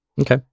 Okay